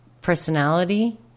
personality